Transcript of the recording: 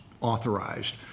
authorized